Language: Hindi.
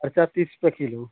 मिर्चा तीस रुपये किलो